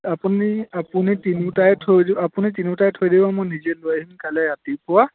আপুনি আপুনি তিনিওটাই থৈ আপুনি তিনিওটাই থৈ দিব মই নিজে লৈ আহিম কাইলৈ ৰাতিপুৱা